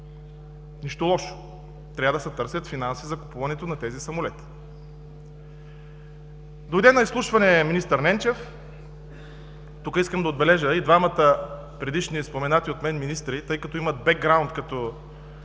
Нищо лошо, трябва да се търсят финанси за купуването на тези самолети. Дойде на изслушване министър Ненчев. Тук искам да отбележа, че предишните споменати от мен министри, тъй като имат бекграунд като